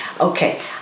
okay